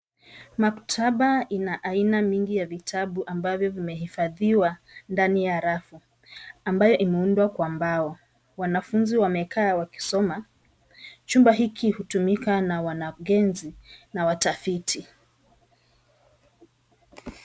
Maktaba ina aina mingi ya vitabu ambavyo vimehifadhiwa ndani ya rafu ambayo imeundwa kwa mbao. Wanafunzi wamekaa wakisoma. Chumba hiki hutumika na wanagezi na watafiti.